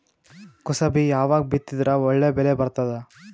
ಕುಸಬಿ ಯಾವಾಗ ಬಿತ್ತಿದರ ಒಳ್ಳೆ ಬೆಲೆ ಬರತದ?